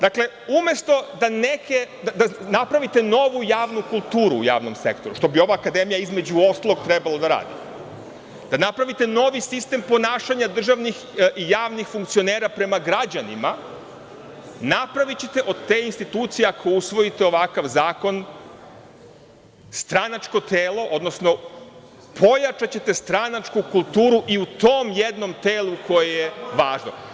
Dakle, umesto da napravite novu javnu kulturu u javnom sektoru, što bi ova akademija, između ostalog, trebala da radi, da napravite novi sistem ponašanja državnih i javnih funkcionera prema građanima, napravićete od te institucije, ako usvojite ovakav zakon, stranačko telo, odnosno pojačaćete stranačku kulturu u tom jednom telu koje je važno.